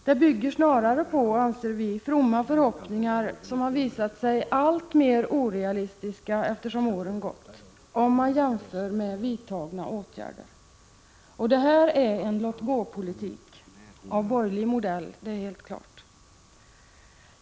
Det bygger snarare, anser vi, på fromma förhoppningar som, allteftersom åren gått, har visat sig alltmer orealistiska, om man jämför dem = Prot. 1985/86:136 med de vidtagna åtgärderna. Det är en låg-gå-politik — av borgerlig modell; 7 maj 1986 det är helt klart.